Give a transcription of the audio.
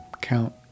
count